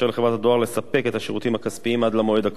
הדואר לספק את השירותים הכספיים עד למועד הקובע.